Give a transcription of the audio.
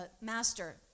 master